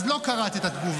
אז לא קראת את התגובה,